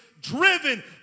driven